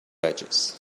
edges